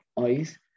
eyes